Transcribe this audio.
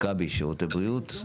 מכבי שירותי בריאות.